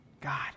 God